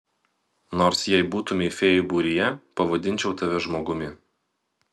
nors jei būtumei fėjų būryje pavadinčiau tave žmogumi